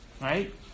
right